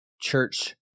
church